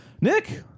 Nick